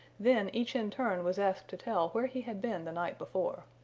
then each in turn was asked to tell where he had been the night before.